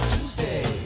Tuesday